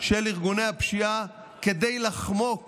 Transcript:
של ארגוני הפשיעה כדי לחמוק